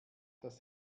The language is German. das